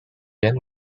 yan